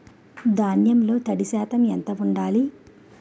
ధాన్యంలో తడి శాతం ఎంత ఉండాలి?